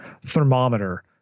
thermometer